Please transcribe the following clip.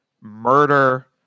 murder